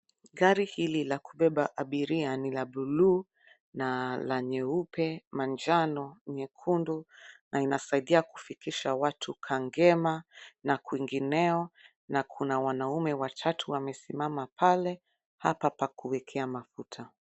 Gari hili la kubeba abiria ni la bluu na la nyeupe, manjano, nyekundu na inasaidia kufikisha watu Kangema na kwingineo na kuna wanaume watatu wamesimama pale, hapa pa kuwekea mafuta.